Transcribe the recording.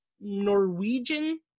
norwegian